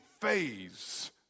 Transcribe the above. phase